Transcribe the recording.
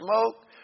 smoke